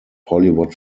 hollywood